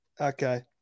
Okay